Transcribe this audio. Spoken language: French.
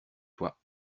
toi